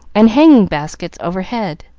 and hanging-baskets overhead.